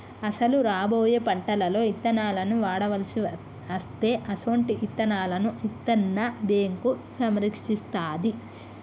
అసలు రాబోయే పంటలలో ఇత్తనాలను వాడవలసి అస్తే అసొంటి ఇత్తనాలను ఇత్తన్న బేంకు సంరక్షిస్తాది